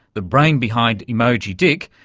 the brain behind emoji dick,